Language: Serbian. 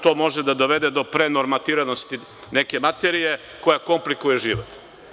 To može da dovede do prenormatiranosti neke materije koja komplikuje život.